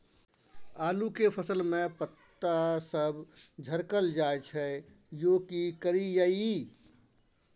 आलू के फसल में पता सब झरकल जाय छै यो की करियैई?